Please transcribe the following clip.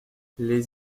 les